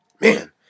Man